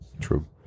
True